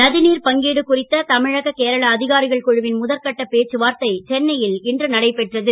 நதிநீர் பங்கீடு குறித்த தமிழக கேரள அதிகாரிகள் குழுவின் முதற்கட்ட பேச்சுவார்த்தை சென்னையில் இன்று நடைபெற்றது